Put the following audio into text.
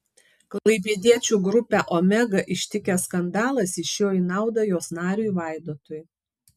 klaipėdiečių grupę omega ištikęs skandalas išėjo į naudą jos nariui vaidotui